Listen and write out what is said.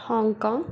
Hong Kong